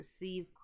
receive